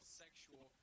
sexual